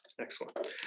Excellent